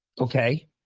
Okay